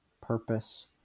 purpose